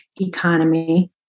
economy